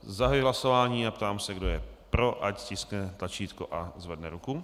Zahajuji hlasování a ptám se, kdo je pro, ať stiskne tlačítko a zvedne ruku.